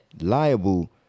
liable